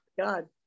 god